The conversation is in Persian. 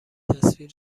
تصویر